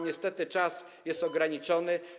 Niestety czas jest ograniczony.